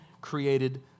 created